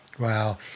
Wow